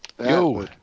Yo